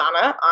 on